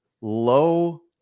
low